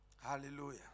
Hallelujah